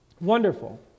Wonderful